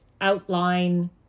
outline